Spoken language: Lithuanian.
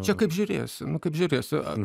čia kaip žiūrėsi nu kaip žiūrėsi ar